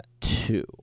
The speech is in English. two